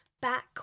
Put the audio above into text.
back